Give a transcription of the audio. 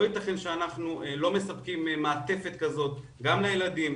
לא ייתכן שאנחנו לא מספקים מעטפת כזאת גם להורים,